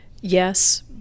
Yes